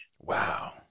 Wow